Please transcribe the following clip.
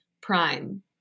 prime